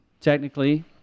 technically